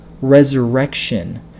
resurrection